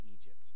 Egypt